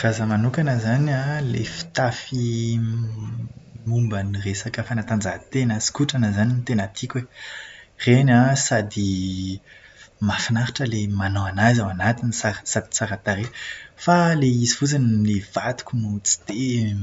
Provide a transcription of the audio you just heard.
Raha izaho manokana izany an, ilay fitafy m- momba ny resaka fanatanjahan-tena sy kotrana izany no tena tiako e. Ireny an, sady mahafinaritra ilay manao anazy ao anatiny, sar- sady tsara tarehy. Fa ilay izy fotsiny ny vadiko no tsy dia